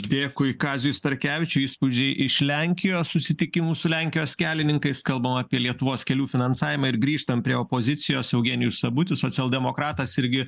dėkui kaziui starkevičiui įspūdžiai iš lenkijos susitikimų su lenkijos kelininkais kalbam apie lietuvos kelių finansavimą ir grįžtam prie opozicijos eugenijus sabutis socialdemokratas irgi